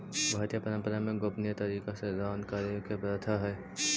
भारतीय परंपरा में गोपनीय तरीका से दान करे के प्रथा हई